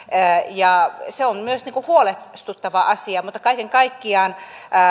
se on myös huolestuttava asia kaiken kaikkiaan